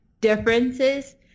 differences